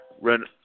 run